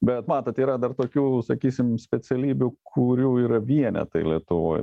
bet matot yra dar tokių sakysim specialybių kurių yra vienetai lietuvoj